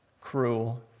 cruel